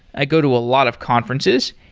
i go to a lot of conferences,